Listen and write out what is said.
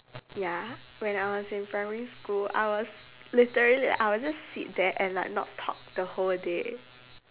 ya when I was in primary school I was literally like I will just sit there and like not talk the whole day